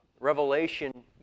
Revelation